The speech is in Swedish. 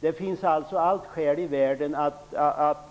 Det finns alltså alla skäl i världen att